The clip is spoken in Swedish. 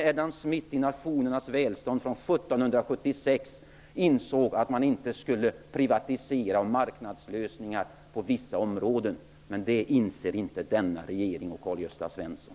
Även 1776 att man inte skulle privatisera och skapa marknadslösningar på vissa områden. Men det inser inte denna regering och Karl-Gösta Svenson.